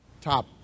top